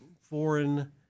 foreign